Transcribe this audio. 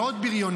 על עוד בריונים.